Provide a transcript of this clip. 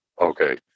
Okay